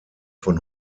von